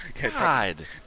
God